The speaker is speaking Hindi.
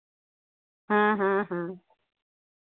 हाँ हाँ हाँ